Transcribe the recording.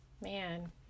man